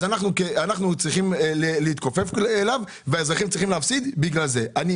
אז אנחנו צריכים להתכופף אליו ובגלל זה האזרחים צריכים להפסיד בגלל זה.